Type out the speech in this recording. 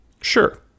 Sure